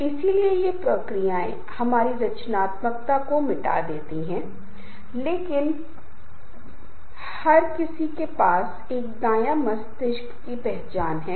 और अनौपचारिक समूह में भी आप में से बहुत से लोग इस उद्देश्य के आधार पर उप श्रेणियां जानते होंगे और उन्हें रुचि समूह मैत्री समूह या संदर्भ समूह की तरह कहा जाता है